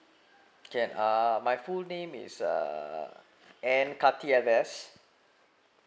can uh my full name is uh N karthik S